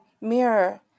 mirror